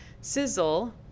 Sizzle